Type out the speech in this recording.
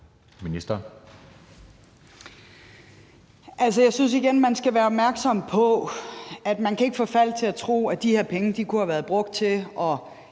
Løhde): Jeg synes igen, at man skal være opmærksom på, at man ikke kan forfalde til at tro, at de her penge kunne have været brugt til at